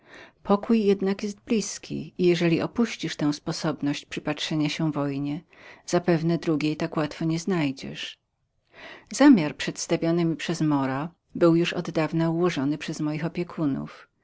pokój jednak jest blizkim i jeżeli opuścisz tę sposobność przypatrzenia się wojnie zapewne drugiej tak łatwo nie znajdziesz przedstawiany mi zamiar przez mora był już oddawna ułożonym przez moich opiekunów